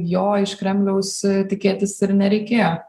jo iš kremliaus tikėtis ir nereikėjo